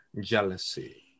jealousy